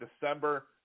December